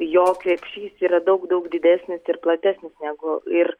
jo krepšys yra daug daug didesnis ir platesnis negu ir